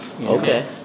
Okay